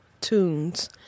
tunes